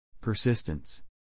Persistence